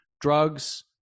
drugs